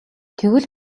тэгвэл